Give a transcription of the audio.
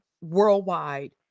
worldwide